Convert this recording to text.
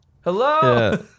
hello